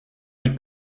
mit